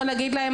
לא נגיד להם,